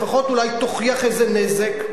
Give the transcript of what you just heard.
לפחות אולי תוכיח איזה נזק?